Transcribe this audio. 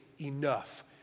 enough